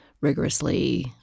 rigorously